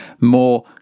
more